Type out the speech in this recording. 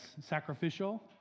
sacrificial